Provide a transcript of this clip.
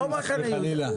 לא מחנה יהודה.